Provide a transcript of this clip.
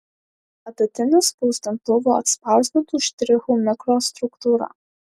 adatiniu spausdintuvu atspausdintų štrichų mikrostruktūra